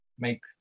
Make